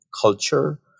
culture